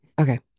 Okay